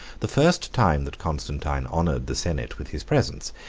the first time that constantine honored the senate with his presence,